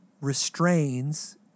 restrains